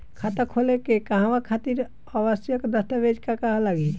खाता खोले के कहवा खातिर आवश्यक दस्तावेज का का लगी?